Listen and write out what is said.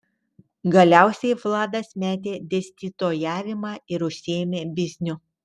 galiausiai vladas metė dėstytojavimą ir užsiėmė bizniu